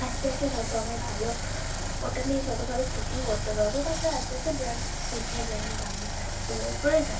আস্তে আস্তে যতো আমার ভালো ওটা নিয়ে যতো ভালো সেটিং করতে পারবো তারপর আস্তে আস্তে ব্র্যান্ড বিভিন্ন ব্র্যান্ড দামি ব্র্যান্ডগুলোর উপরে যাবো